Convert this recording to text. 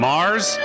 Mars